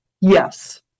Yes